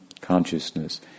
consciousness